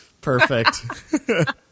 Perfect